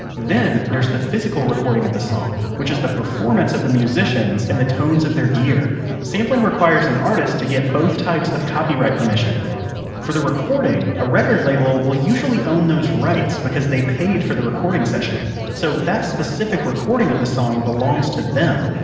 then, there's the physical recording of the song which is the performance of the musicians and the tones of their gear sampling requires an artist to get both types of copyright permission for the recording, a record label will usually own those rights because they paid for the recording session. so that specific recording of the song belongs to them,